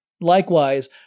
Likewise